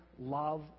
love